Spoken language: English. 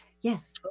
Yes